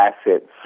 assets